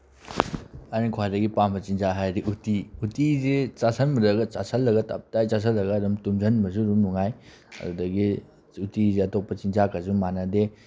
ꯑꯩꯅ ꯈ꯭ꯋꯥꯏꯗꯒꯤ ꯄꯥꯝꯕ ꯆꯤꯟꯖꯥꯛ ꯍꯥꯏꯔꯗꯤ ꯎꯇꯤ ꯎꯇꯤꯁꯦ ꯆꯦꯁꯤꯜꯂꯒ ꯇꯞꯇꯥꯏ ꯆꯥꯁꯤꯜꯂꯒ ꯑꯗꯨꯝ ꯇꯨꯝꯖꯤꯟꯕꯁꯨ ꯑꯗꯨꯝ ꯅꯨꯡꯉꯥꯏ ꯑꯗꯨꯗꯒꯤ ꯎꯇꯤꯁꯦ ꯑꯇꯣꯞꯄ ꯆꯤꯟꯖꯥꯛꯀꯁꯨ ꯃꯥꯟꯅꯗꯦ